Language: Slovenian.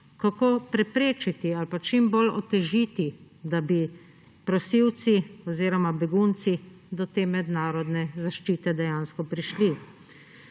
kako preprečiti ali čim bolj otežiti, da bi prosilci oziroma begunci do te mednarodne zaščite dejansko prišli.